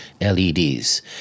LEDs